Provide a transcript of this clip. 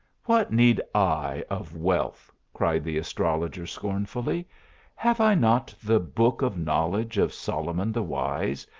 what need i of wealth, cried the astrologer, scornfully have i not the book of knowledge of solomon the wise,